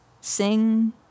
Sing